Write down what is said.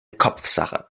kopfsache